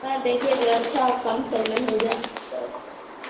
हाँ देखिए जो अच्छा हो कम सम में हो जाए